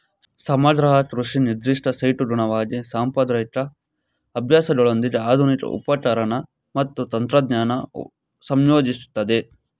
ಸಮಗ್ರ ಕೃಷಿ ನಿರ್ದಿಷ್ಟ ಸೈಟ್ಗನುಗುಣವಾಗಿ ಸಾಂಪ್ರದಾಯಿಕ ಅಭ್ಯಾಸಗಳೊಂದಿಗೆ ಆಧುನಿಕ ಉಪಕರಣ ಮತ್ತು ತಂತ್ರಜ್ಞಾನ ಸಂಯೋಜಿಸ್ತದೆ